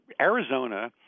Arizona